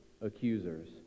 accusers